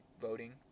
voting